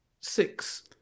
six